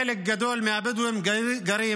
חלק גדול מהבדואים גרים